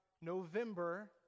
November